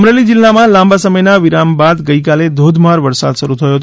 અમરેલી જિલ્લામાં લાંબા સમયના વિરામ બાદ ગઈકાલે ધોધમાર વરસાદ શરૂ થયો હતો